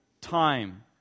time